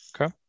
Okay